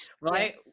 right